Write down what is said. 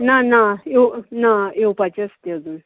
ना ना ना येवपाचें आसा तें अजून